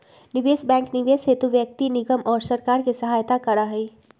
निवेश बैंक निवेश हेतु व्यक्ति निगम और सरकार के सहायता करा हई